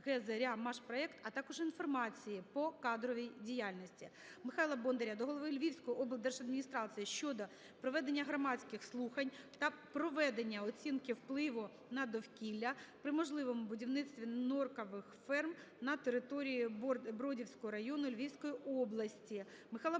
"Зоря"-"Машпроект", а також інформації по кадровій діяльності. Михайла Бондаря до голови Львівськоїоблдержаадміністрації щодо проведення громадських слухань та проведення оцінки впливу на довкілля при можливому будівництві норкових ферм на території Бродівського району Львівської області.